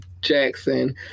jackson